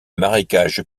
marécages